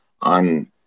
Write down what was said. on